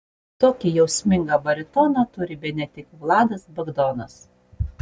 tokį jausmingą baritoną turi bene tik vladas bagdonas